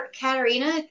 Katarina